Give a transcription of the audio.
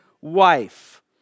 wife